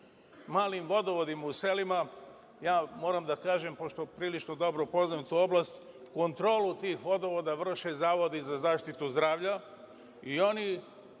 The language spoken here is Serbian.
malim vodovodima u selima, moram da kažem, pošto prilično dobro poznajem tu oblast, kontrolu tih vodovoda vrše zavodi za zaštitu zdravlja i oni